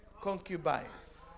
concubines